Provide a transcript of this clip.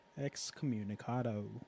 Excommunicado